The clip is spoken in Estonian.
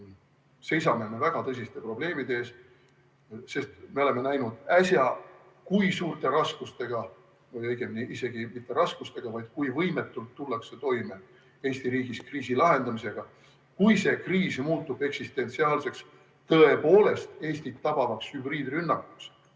seisame me väga tõsiste probleemide ees, sest me oleme näinud äsja, kui suurte raskustega või õigemini isegi mitte raskustega, vaid kui võimetult tullakse toime Eesti riigis kriisi lahendamisega. Kui see kriis muutub eksistentsiaalseks, tõepoolest Eestit tabavaks hübriidrünnakuks